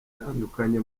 itandukanye